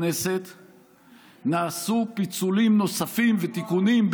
נעשו פיצולים נוספים ותיקונים,